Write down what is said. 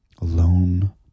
Alone